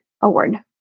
award